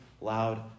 loud